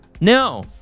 No